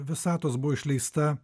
visatos buvo išleista